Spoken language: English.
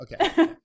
Okay